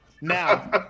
now